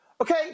Okay